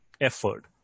Effort